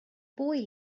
boy